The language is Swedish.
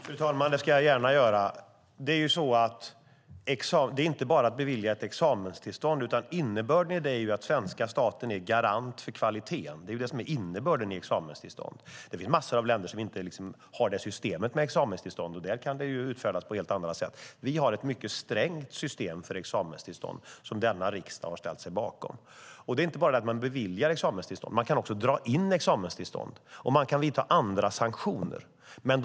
Fru talman! Det ska jag gärna göra. Det handlar inte om att bara bevilja ett examenstillstånd, utan innebörden i det är att svenska staten är garant för kvaliteten. Det är innebörden i examenstillstånd. Det finns mängder av länder som inte har systemet med examenstillstånd, och där kan man göra på helt andra sätt. Vi har ett mycket strängt system för examenstillstånd, som denna riksdag har ställt sig bakom. Det är dessutom inte bara fråga om att bevilja examenstillstånd. Man ska också kunna dra in examenstillstånd och vidta andra sanktionsåtgärder.